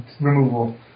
removal